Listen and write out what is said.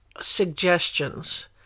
suggestions